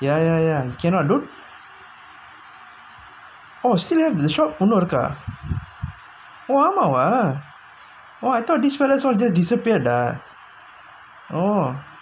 ya ya ya cannot don't oh still have the shop இன்னும் இருக்கா:innum irukaa oh ஆமாவா:aamaavaa I thought this fellow all disappeared ah oh